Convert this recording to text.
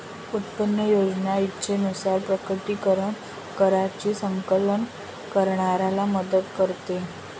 उत्पन्न योजना इच्छेनुसार प्रकटीकरण कराची संकलन करण्याला मदत करते